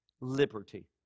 liberty